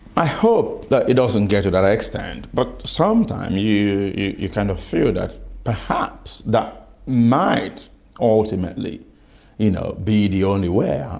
i hope that it doesn't get to that extent, but sometimes you you kind of feel that perhaps that might ultimately you know be the only way.